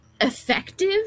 effective